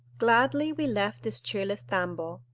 gladly we left this cheerless tambo,